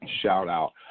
shout-out